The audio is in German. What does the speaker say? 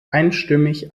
einstimmig